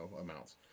amounts